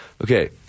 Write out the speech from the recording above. Okay